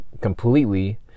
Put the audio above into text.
completely